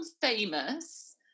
famous